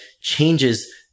changes